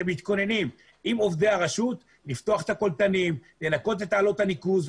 הן מתכוננות עם עובדי הרשות לפתוח את הקולטנים ולנקות את תעלות הניקוז.